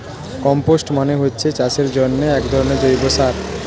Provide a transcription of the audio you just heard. compost মানে হচ্ছে চাষের জন্যে একধরনের জৈব সার